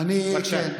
בבקשה.